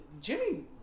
Jimmy